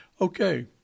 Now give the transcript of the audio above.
Okay